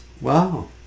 Wow